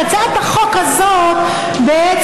חבר הכנסת נגוסה, בבקשה.